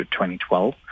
2012